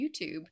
YouTube